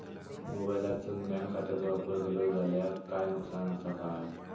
मोबाईलातसून बँक खात्याचो वापर केलो जाल्या काय नुकसान असा काय?